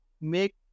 make